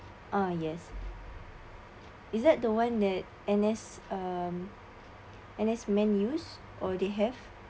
uh yes is that one that N_S um and N_S use or they have